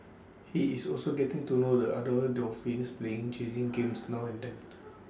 he is also getting to know the other one dolphins playing chasing games now and then